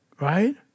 Right